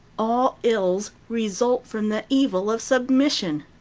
all ills, result from the evil of submission?